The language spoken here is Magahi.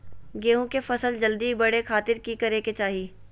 गेहूं के फसल जल्दी बड़े खातिर की करे के चाही?